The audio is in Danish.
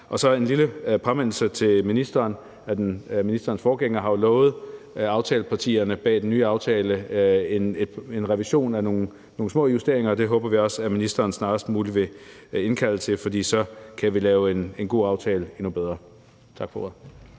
Og så en lille påmindelse til ministeren: Ministerens forgænger har jo lovet aftalepartierne bag den nye aftale en revision med nogle små justeringer, og det håber vi også at ministeren snarest muligt vil indkalde til forhandlinger om, for så kan vi lave en god aftale endnu bedre. Tak for ordet.